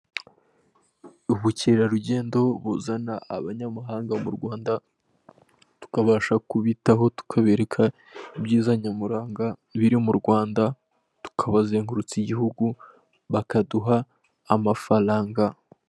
Ubukerarugendo buzana abanyamahanga mu Rwanda, tukabasha kubitaho, tukabereka ibyiza nyamuranga biri mu Rwanda tukabazengurutsa igihugu, bakaduha amafaranga.